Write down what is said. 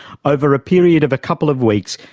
over a period of a couple of weeks,